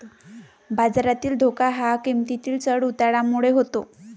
बाजारातील धोका हा किंमतीतील चढ उतारामुळे होतो